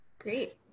Great